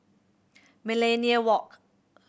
Millenia Walk